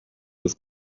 his